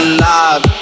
alive